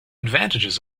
advantages